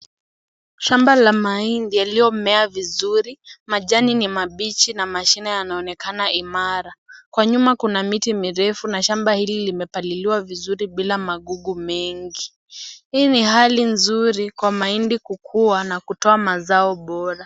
Shamba la mahindi yaliyomea vizuri majani ni mabichi na mashine yanaonekana imara, kwa nyuma kuna miti mirefu na shamba hili limepaliliwa vizuri bila magugu mengi, hii ni hali nzuri kwa mahindi kukua na kutoa mazao bora.